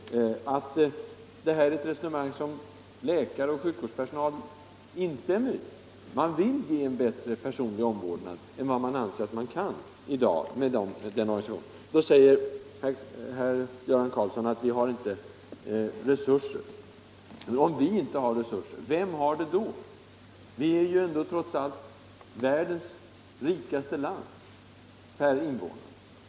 Det här är ett resonemang som läkare och sjukvårdspersonal instämmer i. De vill ge bättre personlig omvårdnad än vad de anser sig kunna i dag, med den organisation som finns. Då invänder herr Karlsson i Huskvarna att vi inte har resurser. Men om vi inte har resurser, vem har det då? Vi är ändå världens rikaste land räknat per invånare.